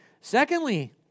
Secondly